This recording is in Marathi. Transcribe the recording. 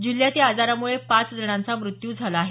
जिल्ह्यात या आजारामुळं पाच जणांचा मृत्यू झाला आहे